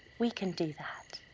we can do that.